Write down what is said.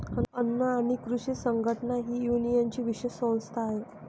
अन्न आणि कृषी संघटना ही युएनची विशेष संस्था आहे